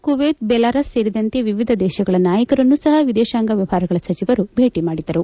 Kuwait Belarus ಸೇರಿದಂತೆ ವಿವಿಧ ದೇಶಗಳ ನಾಯಕರನ್ನು ಸಹ ವಿದೇಶಾಂಗ ವ್ಯವಹಾರಗಳ ಸಚಿವರು ಭೇಟಿ ಮಾಡಿದರು